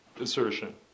assertion